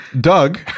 Doug